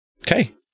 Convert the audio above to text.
Okay